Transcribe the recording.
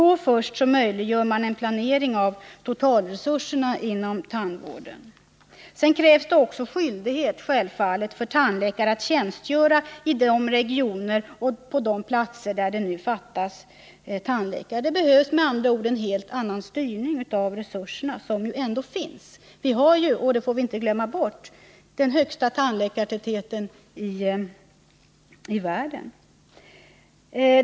Först då möjliggörs en planering av totalresurserna inom tandvården. Sedan krävs det självfallet också skyldighet för tandläkare att tjänstgöra i de regioner och på de platser där det nu fattas tandläkare. Det behövs med andra ord en helt annan styrning av de resurser som ändå finns. Vi har ju — och det får vi inte glömma bort — den högsta tandläkartätheten i världen.